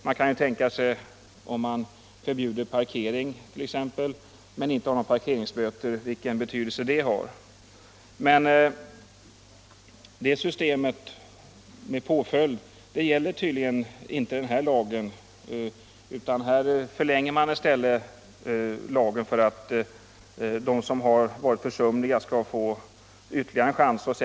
Man kan tänka sig vilken betydelse det har om man förbjuder t.ex. parkering utan alt ha några parkeringsböter. Men systemet med påföljd gäller tydligen inte den här lagen, utan här förlänger man i stället lagen för att de som har varit försumliga skall få ytterligare en chans.